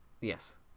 Yes